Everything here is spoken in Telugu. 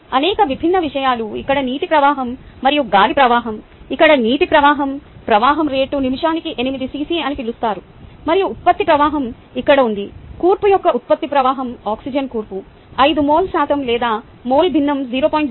అనేక విభిన్న విషయాలు ఇక్కడ నీటి ప్రవాహం మరియు గాలి ప్రవాహం ఇక్కడ నీటి ప్రవాహం ప్రవాహం రేటు నిమిషానికి 18 సిసి అని పిలుస్తారు మరియు ఉత్పత్తి ప్రవాహం ఇక్కడ ఉంది కూర్పు యొక్క ఉత్పత్తి ప్రవాహం ఆక్సిజన్ కూర్పు 5 మోల్ శాతం లేదా మోల్ భిన్నం 0